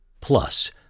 plus